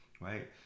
Right